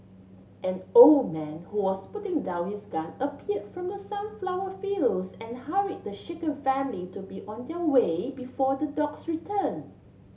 an old man who was putting down his gun appear from the sunflower fields and hurry the shaken family to be on their way before the dogs return